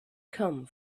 come